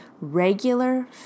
regular